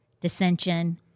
dissension